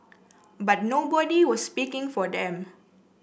but nobody was speaking for them